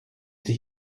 sich